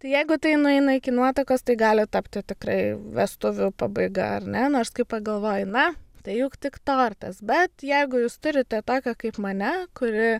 tai jeigu tai nueina iki nuotakos tai gali tapti tikrai vestuvių pabaiga ar ne nors kai pagalvoji na tai juk tik tortas bet jeigu jūs turite tokią kaip mane kuri